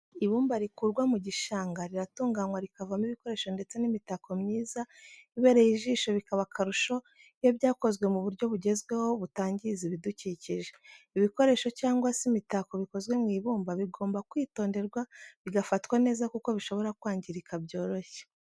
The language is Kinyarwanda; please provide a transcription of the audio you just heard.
Ibumba rikurwa mu gishanga riratunganywa rikavamo ibikoresho ndetse n'imitako myiza ibereye ijisho bikaba akarusho iyo byakozwe mu buryo bugezweho butangiza ibidukikije. ibikoresho cyangwa se imitako bikozwe mu ibumba bigomba kwitonderwa bigafatwa neza kuko bishobora kwangirika byoroshye.